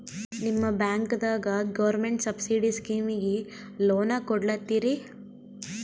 ನಿಮ ಬ್ಯಾಂಕದಾಗ government subsidy ಸ್ಕೀಮಿಗಿ ಲೊನ ಕೊಡ್ಲತ್ತೀರಿ?